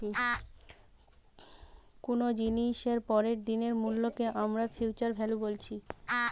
কুনো জিনিসের পরের দিনের মূল্যকে আমরা ফিউচার ভ্যালু বলছি